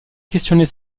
questionner